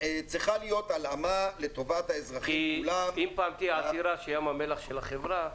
כי אם פעם יהיה תהיה עתירה שים המלח של החברה,